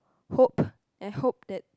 hope I hope that